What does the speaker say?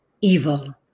evil